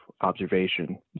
observation